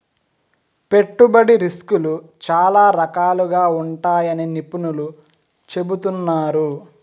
పెట్టుబడి రిస్కులు చాలా రకాలుగా ఉంటాయని నిపుణులు చెబుతున్నారు